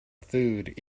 food